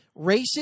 racist